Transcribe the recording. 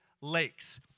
Lakes